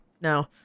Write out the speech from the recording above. no